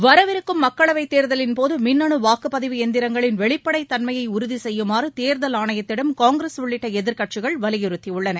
வரவிருக்கும் மக்களவைத் தேர்தலின்போது மின்னணு வாக்குப் பதிவு எந்திரங்களின் வெளிப்படைத் தன்மையை உறுதி செய்யுமாறு தேர்தல் ஆணையத்திடம் காங்கிரஸ் உள்ளிட்ட எதிர்க்கட்சிகள் வலியுறுத்தியுள்ளன